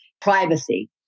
Privacy